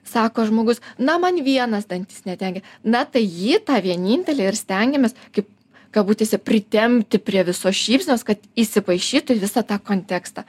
sako žmogus na man vienas dantis netenkina na tai jį tą vienintelį ir stengiamės kaip galbūt tiesiog pritempti prie visos šypsenos kad įsipaišytų į visą tą kontekstą